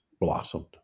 blossomed